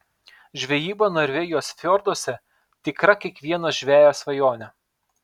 žvejyba norvegijos fjorduose tikra kiekvieno žvejo svajonė